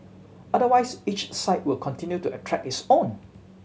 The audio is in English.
otherwise each site will continue to attract its own